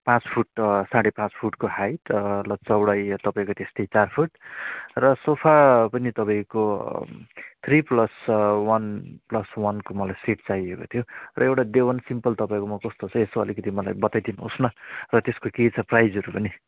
पाँच फुट साढे पाँच फुटको हाइट र चौडाइ तपाईँको त्यस्तै चार फुट र सोफा पनि तपाईँको थ्री प्लस वान प्लस वानको मलाई सेट चाहिएको थियो र एउटा देवन सिम्पल तपाईँकोमा कस्तो छ यसो अलिकिति मलाई बताइदिनुहोस् न र त्यसको के छ प्राइजहरू पनि